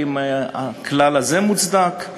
אם הכלל הזה מוצדק,